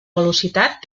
velocitat